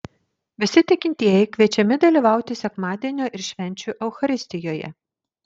visi tikintieji kviečiami dalyvauti sekmadienio ir švenčių eucharistijoje